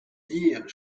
dire